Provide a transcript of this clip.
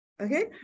Okay